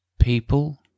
people